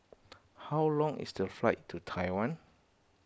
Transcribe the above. how long is the flight to Taiwan